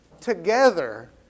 Together